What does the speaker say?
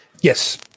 Yes